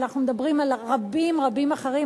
אבל אנחנו מדברים על רבים רבים אחרים,